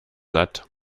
satt